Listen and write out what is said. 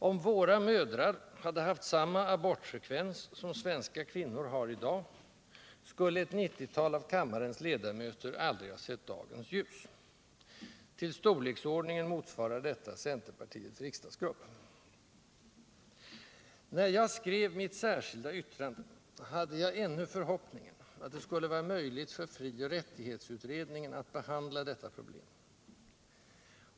Om våra mödrar hade haft samma abortfrekvens som svenska kvinnor har i dag, skulle ett nittotal av kammarens ledamöter aldrig ha sett dagens ljus. Till När jag skrev mitt särskilda yttrande, hade jag ännu förhoppningen att det skulle vara möjligt för frioch rättighetsutredningen att behandla även detta problem.